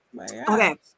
Okay